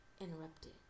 interrupted